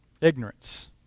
ignorance